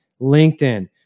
LinkedIn